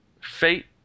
Fate